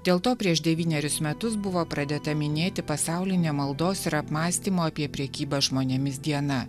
dėl to prieš devynerius metus buvo pradėta minėti pasaulinė maldos ir apmąstymo apie prekybą žmonėmis diena